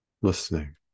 listening